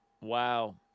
Wow